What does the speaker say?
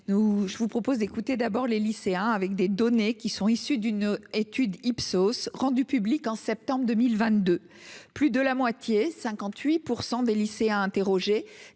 Je vous propose d'abord d'écouter les lycéens, au travers des données issues d'une étude d'Ipsos rendue publique en septembre 2022. Plus de la moitié- 58 % -des lycéens interrogés